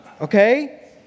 Okay